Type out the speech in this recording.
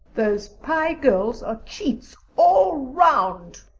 those pye girls are cheats all round,